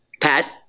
Pat